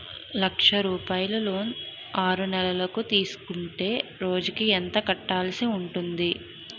లక్ష రూపాయలు లోన్ ఆరునెలల కు తీసుకుంటే రోజుకి ఎంత కట్టాల్సి ఉంటాది?